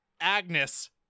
Agnes